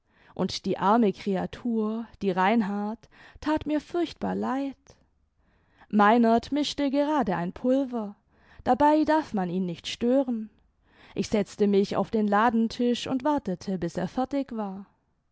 und die arme kreatur die reinhard tat mir furchtbar leid meinert mischte gerade ein pulver dabei darf man ihn nicht stören ich setzte mich auf den ladentisch imd wartete bis er fertig war